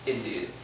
Indeed